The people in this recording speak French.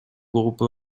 groupe